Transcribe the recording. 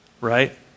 right